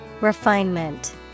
Refinement